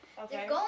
Okay